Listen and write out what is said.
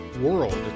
world